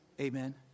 Amen